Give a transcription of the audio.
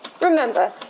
Remember